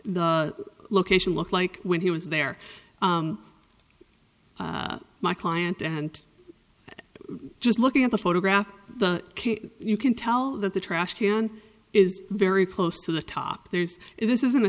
the location looked like when he was there my client and just looking at the photograph you can tell that the trash can is very close to the top there's this isn't a